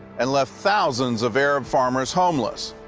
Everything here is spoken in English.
and left thousands of arab farmers homeless.